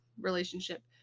relationship